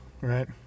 right